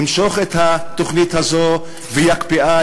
ימשוך את התוכנית הזו ויקפיאה,